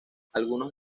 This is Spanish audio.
algunos